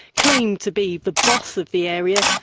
claimed to be the boss of the area,